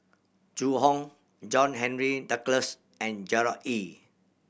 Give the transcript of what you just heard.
Zhu Hong John Henry Duclos and Gerard Ee